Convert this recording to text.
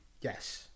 Yes